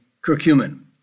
curcumin